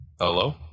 Hello